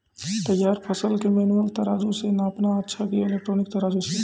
तैयार फसल के मेनुअल तराजु से नापना अच्छा कि इलेक्ट्रॉनिक तराजु से?